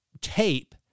tape